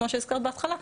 כמו שהזכרת בהתחלה,